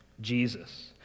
Jesus